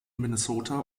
minnesota